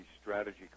strategy